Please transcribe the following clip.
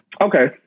okay